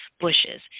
bushes